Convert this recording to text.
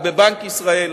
או בבנק ישראל,